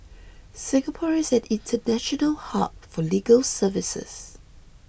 Singapore is an international hub for legal services